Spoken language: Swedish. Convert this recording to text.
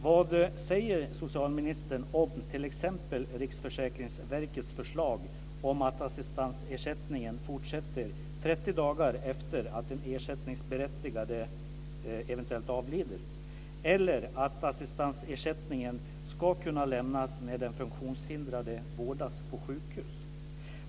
Vad säger socialministern t.ex. om Riksförsäkringsverkets förslag om att assistansersättningen fortsätter 30 dagar efter det att den ersättningsberättigade avlider, eller att assistansersättningen ska kunna lämnas när den funktionshindrade vårdas på sjukhus?